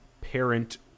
parent